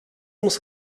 muss